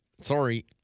Sorry